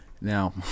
Now